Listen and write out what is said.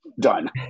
done